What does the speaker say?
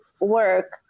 work